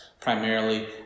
primarily